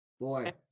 boy